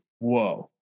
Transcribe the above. whoa